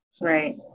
Right